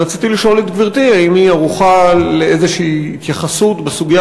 רציתי לשאול את גברתי האם היא ערוכה לאיזושהי התייחסות לסוגיה,